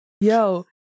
yo